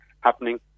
happening